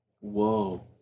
Whoa